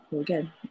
again